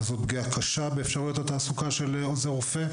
זאת פגיעה קשה באפשרויות התעסוקה של עוזר רופא,